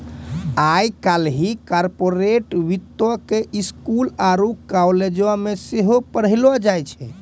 आइ काल्हि कार्पोरेट वित्तो के स्कूलो आरु कालेजो मे सेहो पढ़ैलो जाय छै